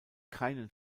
keinen